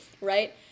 Right